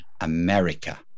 america